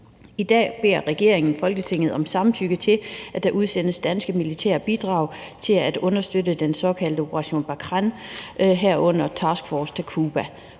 I dag beder regeringen Folketinget om samtykke til, at der udsendes danske militære bidrag til at understøtte den såkaldte Operation Barkhane, herunder Task Force Takuba.